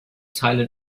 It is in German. teile